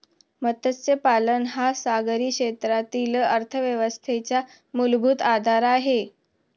मत्स्यपालन हा सागरी क्षेत्रातील अर्थव्यवस्थेचा मूलभूत आधार आहे